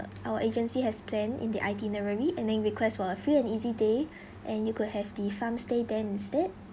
our agency has plan in the itinerary and then request for a free and easy day and you could have the farm stay then instead